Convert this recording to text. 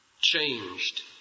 changed